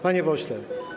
Panie Pośle!